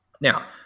Now